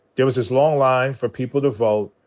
there was this long line for people to vote.